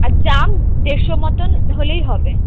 আর জাম দেড়শো মতন হলেই হবে